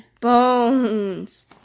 bones